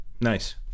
Nice